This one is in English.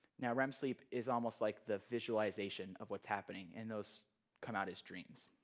now rem sleep is almost like the visualization of what's happening, and those come out as dreams.